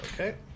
Okay